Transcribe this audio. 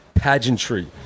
Pageantry